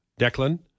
Declan